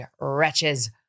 Wretches